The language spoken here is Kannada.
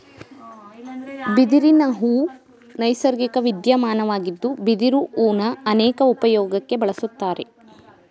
ಬಿದಿರಿನಹೂ ನೈಸರ್ಗಿಕ ವಿದ್ಯಮಾನವಾಗಿದ್ದು ಬಿದಿರು ಹೂನ ಅನೇಕ ಉಪ್ಯೋಗಕ್ಕೆ ಬಳುಸ್ತಾರೆ